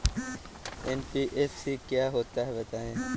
NBFC क्या होता है बताएँ?